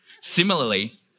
Similarly